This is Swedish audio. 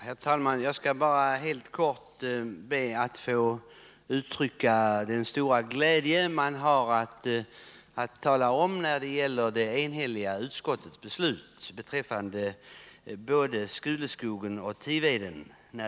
Herr talman! Jag skall bara helt kort be att få uttrycka min stora glädje över det enhälliga betänkande som utskottet har avgivit om bildande av nationalparker i Skuleskogen och Tiveden.